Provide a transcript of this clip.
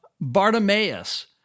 Bartimaeus